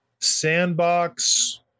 Sandbox